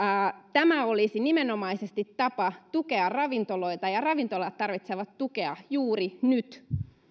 tämä olisi nimenomaisesti tapa tukea ravintoloita ja ravintolat tarvitsevat tukea juuri nyt